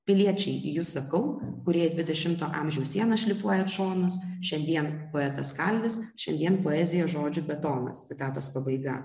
piliečiai jus sakau kurie dvidešimto amžiaus sienas šlifuoja šonas šiandien poetas kalvis šiandien poezija žodžių betonas citatos pabaiga